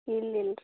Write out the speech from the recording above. ಇಲ್ಲ ಇಲ್ಲ ರಿ